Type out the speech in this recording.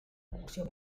cocció